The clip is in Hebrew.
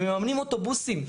הם מממנים אוטובוסים.